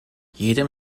jedem